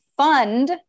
Fund